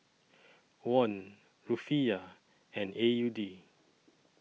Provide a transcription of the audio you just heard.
Won Rufiyaa and A U D